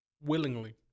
Willingly